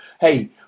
hey